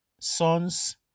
sons